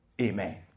Amen